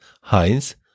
Heinz